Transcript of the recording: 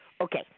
Okay